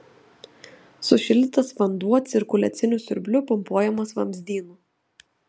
sušildytas vanduo cirkuliaciniu siurbliu pumpuojamas vamzdynu